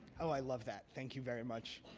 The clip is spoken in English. i love that. thank you very much.